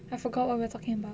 I forgot what we're talking about